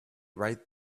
right